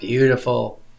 Beautiful